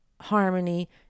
Harmony